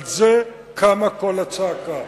על זה קמה כל הצעקה.